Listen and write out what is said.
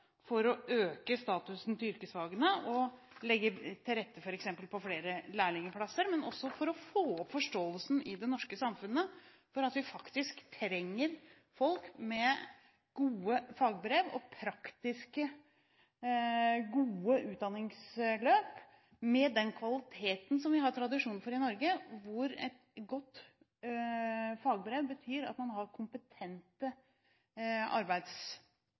for å øke statusen til yrkesfagene og legger til rette f.eks. for flere lærlingplasser, men også for å få opp forståelsen i det norske samfunnet for at vi faktisk trenger folk med gode fagbrev og praktiske, gode utdanningsløp med den kvaliteten som vi har tradisjon for i Norge, hvor et godt fagbrev betyr at man har kompetente